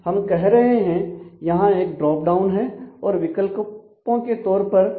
हम कह रहे हैं यहां एक ड्रॉपडाउन है और विकल्पों के तौर पर लिखा गया है